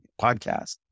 podcast